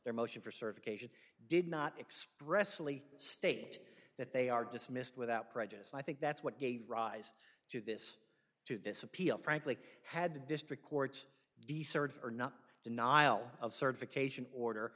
their motion for certification did not expressly state that they are dismissed without prejudice i think that's what gave rise to this to this appeal frankly had the district courts decertify are not denial of certification order